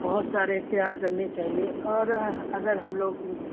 بہت سارے اختیار کرنے چاہیے اور اگر ہم لوگ